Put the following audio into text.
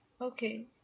Okay